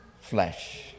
flesh